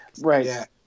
right